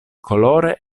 colore